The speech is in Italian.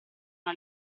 una